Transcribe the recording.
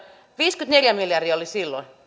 silloin oli viisikymmentäneljä miljardia ja